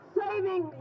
saving